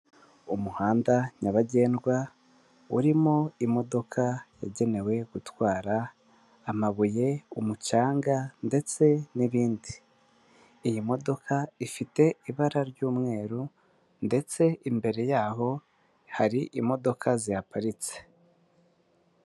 Umuhanda nyabagendwa urimo imodoka yagenewe gutwara amabuye, umucanga ndetse n'ibindi. Iyi modoka ifite ibara ry'umweru, ndetse imbere yaho hari imodoka zihaparitse.